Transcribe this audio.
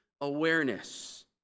awareness